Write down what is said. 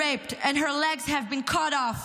those who falsely claim the title of "feminists".